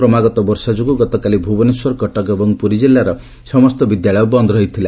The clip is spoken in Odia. କ୍ରମାଗତ ବର୍ଷା ଯୋଗୁ ଗତକାଲି ଭୁବନେଶ୍ୱର କଟକ ଏବଂ ପୁରୀ ଜିଲ୍ଲାର ସମସ୍ତ ବିଦ୍ୟାଳୟ ବନ୍ଦ ରହିଥିଲା